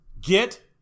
get